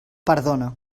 perdona